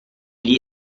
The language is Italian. gli